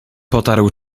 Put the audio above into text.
potarł